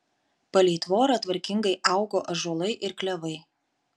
palei tvorą tvarkingai augo ąžuolai ir klevai